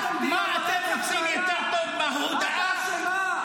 מה אתם רוצים יותר טוב מההודאה במעשה הזה?